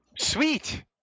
Sweet